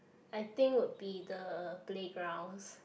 I think would be the playgrounds